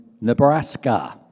Nebraska